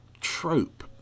trope